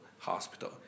Hospital